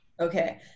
Okay